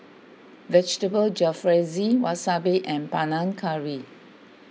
Vegetable Jalfrezi Wasabi and Panang Curry